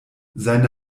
seine